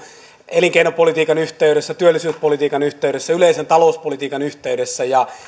elinkeinopolitiikan yhteydessä työllisyyspolitiikan yhteydessä yleisen talouspolitiikan yhteydessä